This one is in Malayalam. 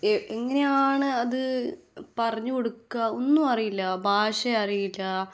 എങ്ങനെയാണ് അത് പറഞ്ഞു കൊടുക്കുക ഒന്നും അറിയില്ല ഭാഷ അറിയില്ല